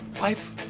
life